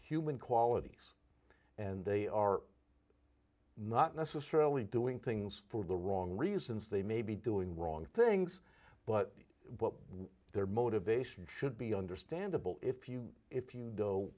human qualities and they are not necessarily doing things for the wrong reasons they may be doing wrong things but what their motivation should be understandable if you if you